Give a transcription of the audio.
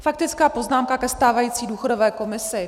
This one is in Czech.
Faktická poznámka ke stávající důchodové komisi.